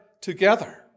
together